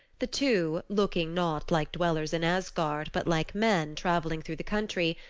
the two, looking not like dwellers in asgard, but like men traveling through the country,